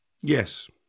Yes